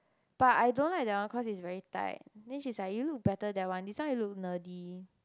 but I don't like that one cause it's very tight then she's like you look better that one this one you look nerdy